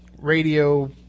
radio